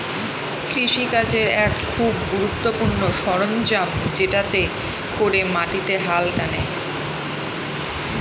কৃষি কাজের এক খুব গুরুত্বপূর্ণ সরঞ্জাম যেটাতে করে মাটিতে হাল টানে